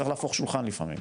צריך להפוך שולחן לפעמים.